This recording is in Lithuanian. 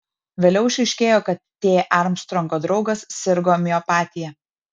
vėliau išaiškėjo kad t armstrongo draugas sirgo miopatija